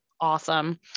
awesome